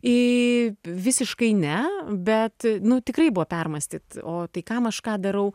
visiškai ne bet nu tikrai buvo permąstyt o tai kam aš ką darau